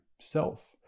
self